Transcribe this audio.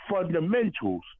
fundamentals